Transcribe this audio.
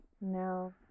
No